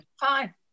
Fine